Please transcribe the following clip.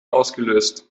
ausgelöst